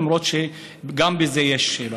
למרות שגם בזה יש שאלה.